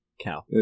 Cow